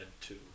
two